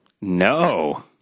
No